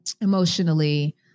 emotionally